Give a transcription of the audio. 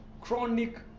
chronic